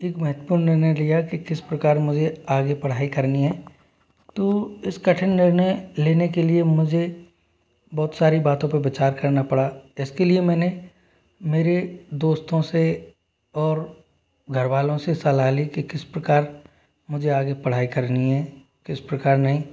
एक महत्त्वपूर्ण निर्णय लिया कि किस प्रकार मुझे आगे पढ़ाई करनी है तो इस कठिन निर्णय लेने के लिए मुझे बहुत सारी बातों पर विचार करना पड़ा इसके लिए मैंने मेरे दोस्तों से और घर वालों से सलाह ली कि किस प्रकार मुझे आगे पढ़ाई करनी है किस प्रकार नहीं